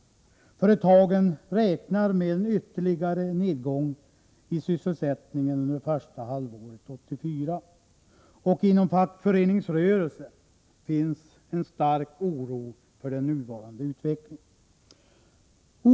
Företagen räknar med en ytterligare nedgång i sysselsättning en under första halvåret 1984, och inom fackföreningsrörelsen finns en stark oro för den nuvarande utvecklingen.